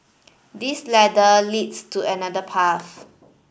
this ladder leads to another path